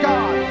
God